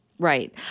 Right